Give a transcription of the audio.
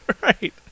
Right